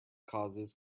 causes